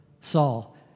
Saul